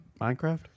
Minecraft